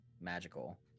magical